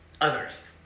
others